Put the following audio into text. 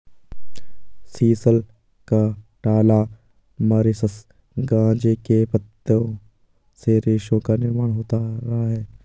sisal, cantala, Mauritius गांजे के पत्तों से रेशों का निर्माण होता रहा है